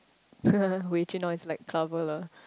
Wei-jun now is like clubber lah